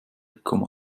komma